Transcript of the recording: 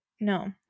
No